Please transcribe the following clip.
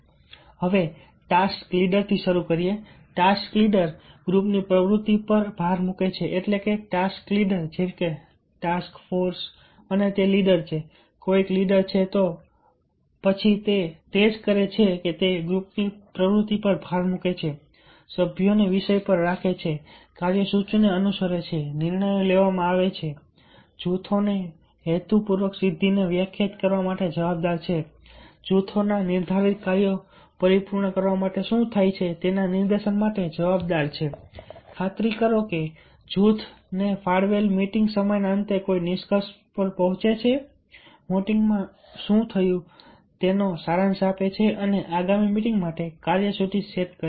હવે task leaders થી શરૂ કરીએ ટાસ્ક લીડર ગ્રૂપની પ્રવૃત્તિ પર ભાર મૂકે છે એટલે કે ટાસ્ક લીડર જેમ કે ટાસ્ક ફોર્સ અને તે લીડર છે કોઈક લીડર છે તો પછી તે જે કરે છે તે ગ્રુપની પ્રવૃત્તિ પર ભાર મૂકે છે સભ્યોને વિષય પર રાખે છે કાર્યસૂચિને અનુસરે છે નિર્ણયો લેવામાં આવે છે જૂથોને હેતુપૂર્વકની સિદ્ધિને વ્યાખ્યાયિત કરવા માટે જવાબદાર છે જૂથના નિર્ધારિત કાર્યોને પરિપૂર્ણ કરવા માટે શું થાય છે તેના નિર્દેશન માટે જવાબદાર છે ખાતરી કરો કે જૂથ તેના ફાળવેલ મીટિંગ સમયના અંતે કોઈ નિષ્કર્ષ પર પહોંચે છે મીટિંગમાં શું થયું તેનો સારાંશ આપે છે અને આગામી મીટિંગ માટે કાર્યસૂચિ સેટ કરે છે